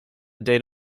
date